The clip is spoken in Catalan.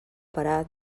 parat